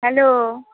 hello